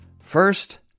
First